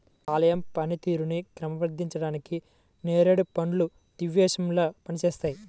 కాలేయం పనితీరుని క్రమబద్ధీకరించడానికి నేరేడు పండ్లు దివ్యౌషధంలా పనిచేస్తాయి